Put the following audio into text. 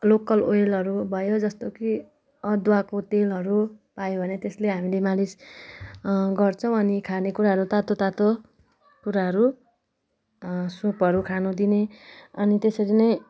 local ओइलहरू भयो जस्तो कि अदुवाको तेलहरू पायो भने त्यसले हामीले मालिस गर्छौँ अनि खाने कुराहरू तातो तातो कुराहरू सुपहरू खान दिने अनि त्यसरी नै